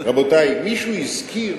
רבותי, מישהו הזכיר